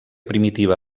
primitiva